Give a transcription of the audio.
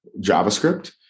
JavaScript